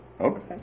Okay